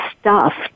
stuffed